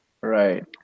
Right